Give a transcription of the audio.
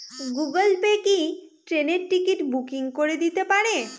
Google pay কি ট্রেনের ticket booking করে দিতে পারে?